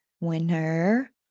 winner